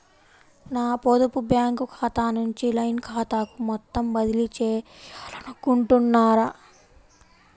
నా పొదుపు బ్యాంకు ఖాతా నుంచి లైన్ ఖాతాకు మొత్తం బదిలీ చేయాలనుకుంటున్నారా?